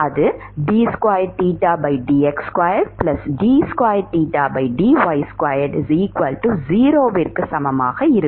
அது க்கு சமமாக இருக்கும்